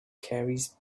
carries